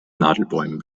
nadelbäumen